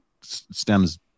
stems